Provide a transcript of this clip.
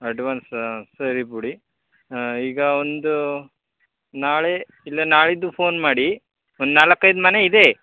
advance ಸರಿ ಬಿಡಿ ಹಾಂ ಈಗ ಒಂದು ನಾಳೆ ಇಲ್ಲ ನಾಳಿದ್ದು ಫೋನ್ ಮಾಡಿ ಒಂದು ನಾಲ್ಕು ಐದು ಮನೆ ಇದೆ